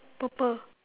purple